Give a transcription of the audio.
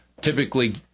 typically